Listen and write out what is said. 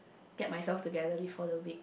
get myself together before the week